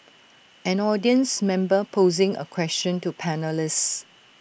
an audience member posing A question to panellists